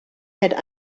had